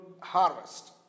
harvest